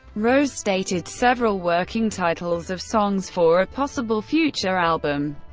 rose stated several working titles of songs for a possible future album.